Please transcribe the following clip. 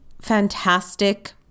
fantastic